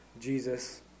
Jesus